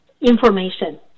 information